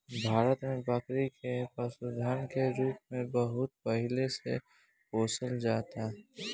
भारत में बकरी के पशुधन के रूप में बहुत पहिले से पोसल जाला